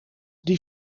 die